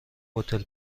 هتل